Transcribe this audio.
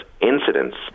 incidents